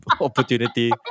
opportunity